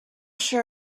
sure